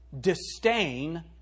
Disdain